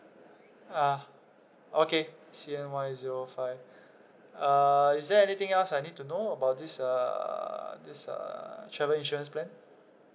ah okay C N Y zero five uh is there anything else I need to know about this uh this uh travel insurance plan